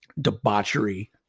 debauchery